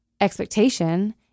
expectation